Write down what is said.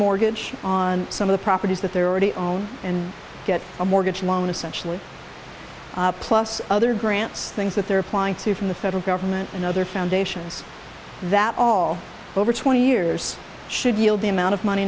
mortgage on some of the properties that they're already on and get a mortgage loan essentially plus other grants things that they're applying to from the federal government and other foundations that all over twenty years should yield the amount of money